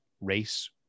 race